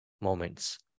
moments